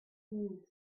mille